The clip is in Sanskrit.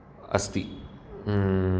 अस्ति